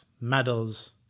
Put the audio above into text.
medals